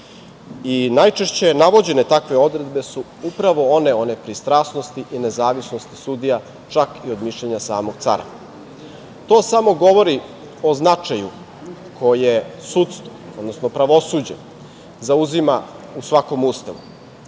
i najčešće navođene takve odredbe su upravo one o nepreistrasnosti i nezavisnosti sudija čak i od mišljenja samog cara. To samo govori o značaju koje sudstvo, odnosno pravosuđe zauzima u svakom